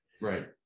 right